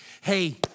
Hey